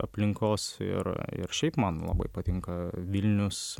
aplinkos ir ir šiaip man labai patinka vilnius